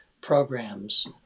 programs